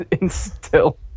instill